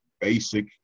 basic